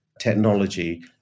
technology